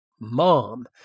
mom